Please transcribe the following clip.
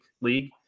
league